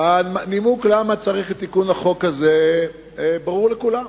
הנימוק למה צריך את תיקון החוק הזה ברור לכולם.